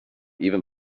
even